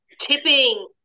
Tipping